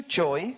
joy